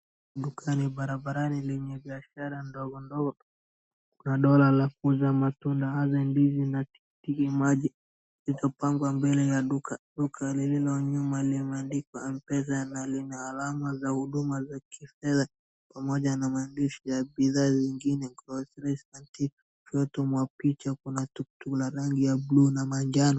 Dukani barabarani lenye biashara ndogo ndogo, dandora la kuuza matunda hasaa ndizi na tikitiki maji ikapangwa mbele ya duka, duka lililonyuma limeandikwa mpesa na lina alama za huduma la kifedha pamoja na maandishi ya bidhaa zingine kwa kuna tuktuk ya rangi ya buluu na manjano.